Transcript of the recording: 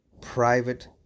private